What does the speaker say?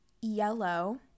Yellow